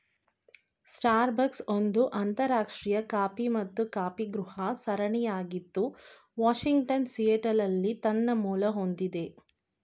Starbucks ಒಂದು ಅಂತರರಾಷ್ಟ್ರೀಯ coffee ಮತ್ತು ಕಾಫಿಗೃಹ ಸರಣಿಯಾಗಿದ್ದು ವಾಷಿಂಗ್ಟನ್ನ ಸಿಯಾಟಲ್ನಲ್ಲಿ ತನ್ನ ಮೂಲ ಹೊಂದಿದೆ